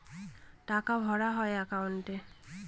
টাকা ভরা হয় একাউন্টে